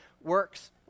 works